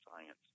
science